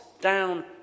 down